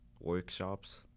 workshops